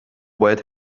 باید